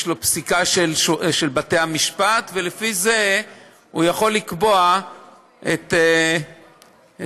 יש לו פסיקה של בתי המשפט ולפי זה הוא יכול לקבוע את ההלכה.